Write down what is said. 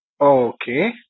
okay